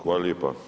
Hvala lijepa.